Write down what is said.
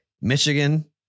Michigan